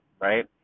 right